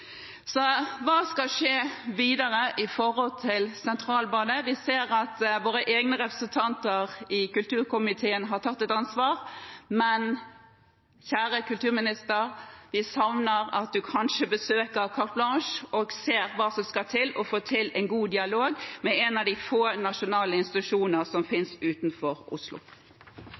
Så hva skal skje videre med hensyn til Sentralbadet? Vi ser at våre egne representanter i kulturkomiteen har tatt et ansvar, men vi savner at vår kjære kulturminister kanskje besøker Carte Blanche og ser hva som skal til, og får til en god dialog med en av de få nasjonale institusjoner som finnes utenfor Oslo.